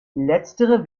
letztere